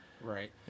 Right